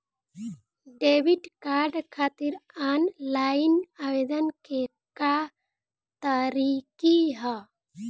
Debit card खातिर online आवेदन के का तरीकि ह?